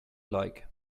like